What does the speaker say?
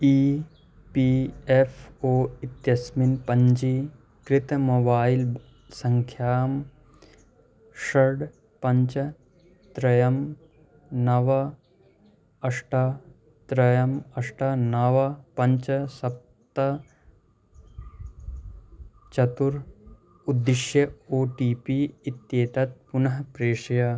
E P F O इत्यस्मिन् पञ्चीकृतमोबैल्सङ्ख्यां षड् पञ्च त्रयं नव अष्ट त्रयम् अष्ट नव पञ्च सप्त चतुर् उद्दिश्य ओ टि पि इत्येतत् पुनः प्रेषय